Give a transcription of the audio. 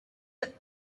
that